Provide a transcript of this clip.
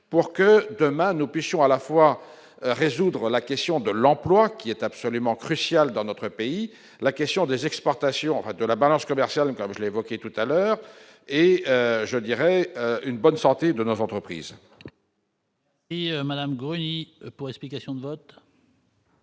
pour que demain nous puissions à la fois résoudre la question de l'emploi qui est absolument crucial dans notre pays, la question des exportations, enfin de la balance commerciale permet je l'évoquais tout à l'heure et je dirais une bonne santé de nos entreprises. Et Madame Bruni pour explication de vote.